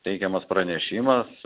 teikiamas pranešimas